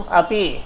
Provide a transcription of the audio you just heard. api